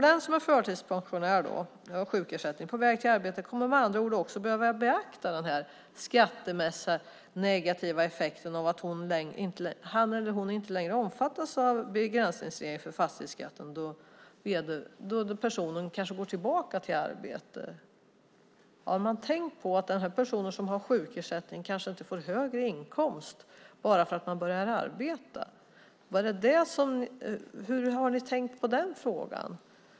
Den som är förtidspensionär, har sjukersättning och är på väg till arbete kommer att behöva beakta den skattemässiga negativa effekten av att inte längre omfattas av begränsningsregeln för fastighetsskatten om han eller hon går tillbaka till arbete. Har man tänkt på att den person som har sjukersättning kanske inte får högre inkomst bara för att han eller hon börjar arbeta? Hur har ni tänkt på den frågan?